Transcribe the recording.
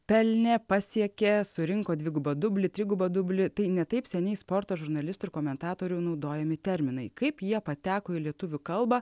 pelnė pasiekė surinko dvigubą dublį trigubą dublį tai ne taip seniai sporto žurnalistų ir komentatorių naudojami terminai kaip jie pateko į lietuvių kalbą